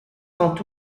sont